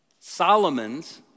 Solomon's